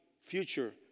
future